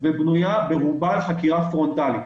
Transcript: ובנויה ברובה על חקירה פרונטלית.